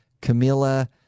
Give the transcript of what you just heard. Camilla